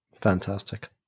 Fantastic